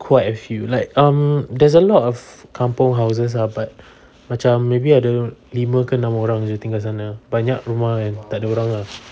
quite a few like um there's a lot of kampung houses lah but macam maybe ada lima ke enam orang jer tinggal sana banyak rumah yang tak ada orang ah